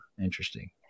interesting